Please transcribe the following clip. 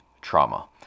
trauma